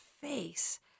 face